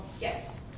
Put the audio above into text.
Yes